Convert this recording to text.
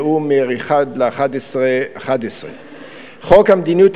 נאום מ-1 בנובמבר 2011. חוק המדיניות